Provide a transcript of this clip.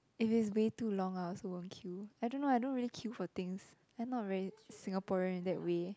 if it's way too long I also won't queue I don't know I don't really queue for things I'm not very Singaporean that way